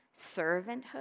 Servanthood